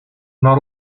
not